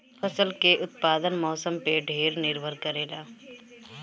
फसल के उत्पादन मौसम पे ढेर निर्भर करेला